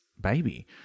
baby